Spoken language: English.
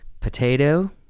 potato